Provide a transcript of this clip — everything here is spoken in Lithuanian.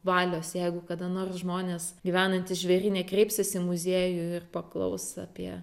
valios jeigu kada nors žmonės gyvenantys žvėryne kreipsis į muziejų ir paklaus apie